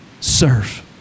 serve